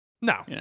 No